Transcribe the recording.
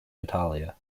natalia